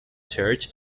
church